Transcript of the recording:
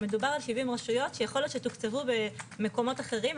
מדובר על 70 רשויות שיכול להיות שתוקצבו במקומות אחרים.